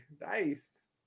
Nice